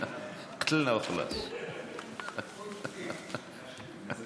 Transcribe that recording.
(אומר דברים במרוקנית.)